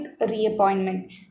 reappointment